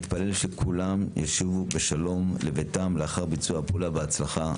נתפלל שכולם ישובו בשלום לביתם לאחר ביצוע הפעולה בהצלחה.